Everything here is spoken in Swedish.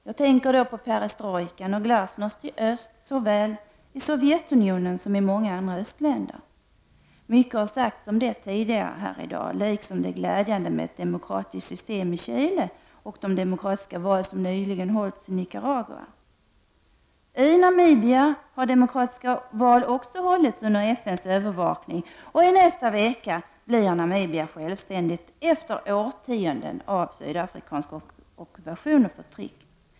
Jag tänker på perestrojkan och glasnost i öst, såväl i Sovjetunionen som i många andra östländer. Mycket har sagts om det tidigare här i dag. Också utvecklingen i Chile till ett demokratiskt system är glädjande, liksom att demokratiska val nyligen hållits i Nicaragua. I Namibia har demokratiska val också hållits under FN:s övervakning. I nästa vecka blir Namibia självständigt efter årtionden av sydafrikansk ockupation och förtryck.